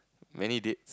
many dates